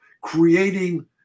creating –